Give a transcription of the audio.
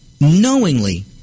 knowingly